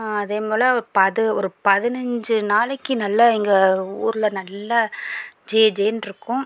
அதேபோல் பது ஒரு பதினஞ்சு நாளைக்கு நல்லா இங்கே ஊரில் நல்லா ஜே ஜேன்னு இருக்கும்